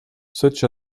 such